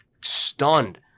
stunned